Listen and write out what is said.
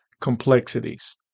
complexities